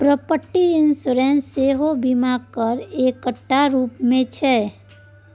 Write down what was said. property insurance सेहो बीमाक एकटा रुप छै